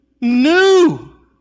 new